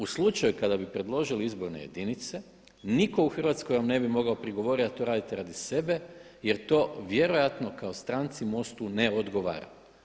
U slučaju kada bi predložili izborne jedinice, nitko u Hrvatskoj vam ne bi mogao prigovoriti da to radite radi sebe jer to vjerojatno kao stranci MOST-u ne odgovara.